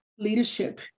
leadership